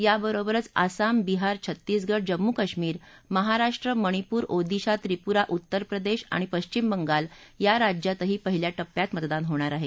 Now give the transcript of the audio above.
याबरोबरच आसाम बिहार छत्तीसगड जम्मू कश्मीर महाराष्ट्र मणिपूर ओदिशा त्रिपुरा उत्तरप्रदेश आणि पश्चिम बंगाल या राज्यातही पहिल्या टप्प्यात मतदान होणार आहे